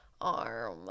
arm